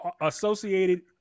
associated